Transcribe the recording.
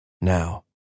now